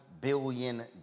billion